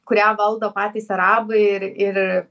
kurią valdo patys arabai ir ir